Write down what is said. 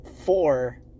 four